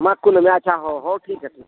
ᱢᱟᱜᱽ ᱠᱩᱱᱟᱹᱢᱤ ᱟᱪᱪᱷᱟ ᱦᱮᱸ ᱦᱮᱸ ᱴᱷᱤᱠ ᱜᱮᱭᱟ